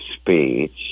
speech